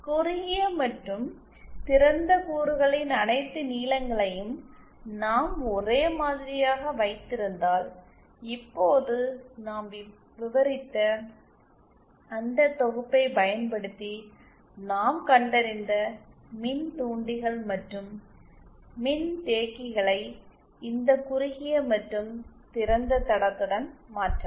குறுகிய மற்றும் திறந்த கூறுகளின் அனைத்து நீளங்களையும் நாம் ஒரே மாதிரியாக வைத்திருந்தால் இப்போது நாம் விவரித்த அந்த தொகுப்பைப் பயன்படுத்தி நாம் கண்டறிந்த மின்தூண்டிகள் மற்றும் மின்தேக்கிகளை இந்த குறுகிய மற்றும் திறந்த தடத்துடன் மாற்றலாம்